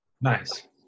Nice